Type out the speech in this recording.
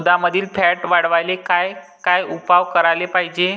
दुधामंदील फॅट वाढवायले काय काय उपाय करायले पाहिजे?